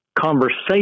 conversation